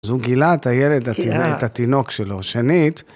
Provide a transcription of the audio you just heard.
‫אז הוא גילה את הילד, ‫את התינוק שלו, שנית.